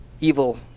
evil